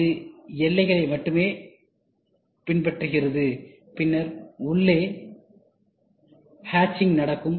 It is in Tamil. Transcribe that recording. இது எல்லைகளை மட்டுமே பின்பற்றுகிறது பின்னர் உள்ளே ஹட்சிங் நடக்கும்